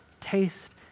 taste